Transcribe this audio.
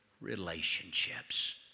relationships